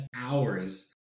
hours